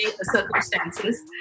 circumstances